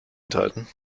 enthalten